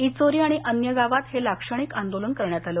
ईचोरी आणि अन्य गावात हे लाक्षणिक आंदोलन करण्यात आलं